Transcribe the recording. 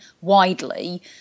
widely